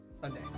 Sunday